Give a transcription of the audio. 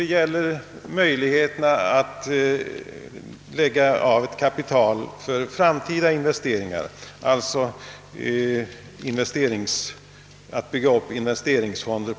Det gäller exempelvis möjligheterna att lägga av kapital för framtida investeringar genom att bygga upp investeringsfonder.